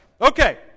Okay